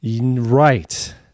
Right